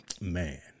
man